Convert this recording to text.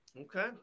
Okay